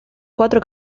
cuatro